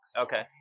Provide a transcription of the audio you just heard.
Okay